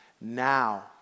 Now